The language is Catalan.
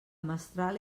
mestral